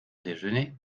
déjeuner